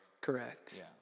Correct